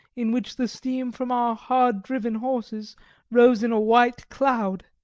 in which the steam from our hard-driven horses rose in a white cloud.